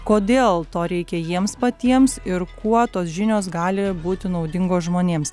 kodėl to reikia jiems patiems ir kuo tos žinios gali būti naudingos žmonėms